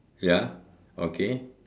ya okay